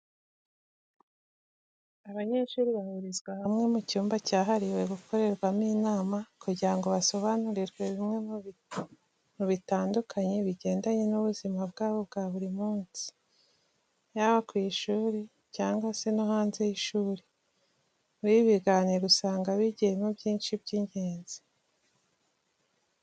Abanyeshuri bahurizwa hamwe mu cyumba cyahariwe gukorerwamo inama, kugira ngo basobanurirwe bimwe mu bintu bitandukanye bigendanye n'ubuzima bwabo bwa buri munsi, yaba ku ishuri cyangwa se no hanze y'ishuri. Muri ibi biganiro usanga bigiyemo byinshi by'ingenzi.